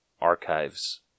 archives